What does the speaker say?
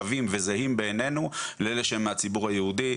ושווים בעינינו לאלה שהם מהציבור היהודי,